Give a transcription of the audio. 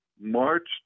March